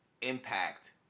impact